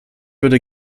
würde